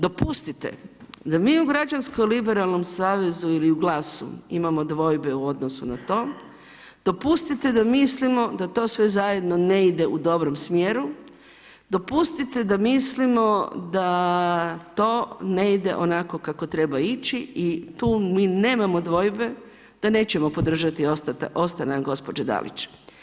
Dopustite da mi u Građansko liberalnom savezu ili u GLAS-u imamo dvojbe u odnosu na to, dopustite da mislimo da to sve zajedno ne ide u dobrom smjeru, dopustite da mislimo da to ne ide onako kako treba ići i tu mi nemamo dvojbe da nećemo podržati ostanak gospođe Dalić.